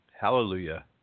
Hallelujah